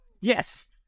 Yes